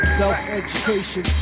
self-education